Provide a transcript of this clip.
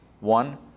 one